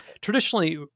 traditionally